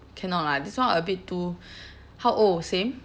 cannot lah this one a bit too how old same